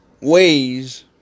ways